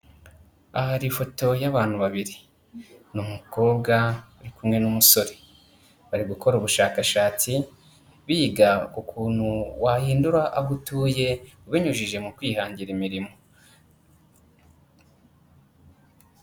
Ahari ifoto y'abantu babiri; n'umukobwa uri kumwe n'umusore bari gukora ubushakashatsi biga ukuntu wahindura aho utuye ubinyujije mu kwihangira imirimo.